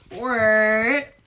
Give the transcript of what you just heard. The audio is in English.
Word